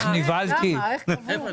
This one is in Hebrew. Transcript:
כי זה חוק.